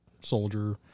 soldier